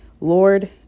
Lord